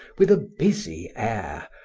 with a busy air,